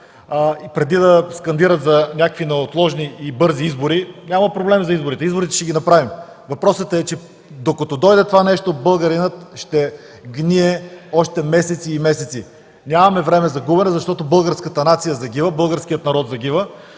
преди да скандират за някакви неотложни и бързи избори. Няма проблем за изборите, ще ги направим. Въпросът е, че докато дойде това нещо, българинът ще гние още месеци и месеци. Нямаме време за губене, защото българската нация загива, българският народ загива.